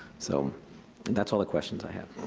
so that's all the questions i have.